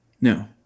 No